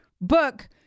book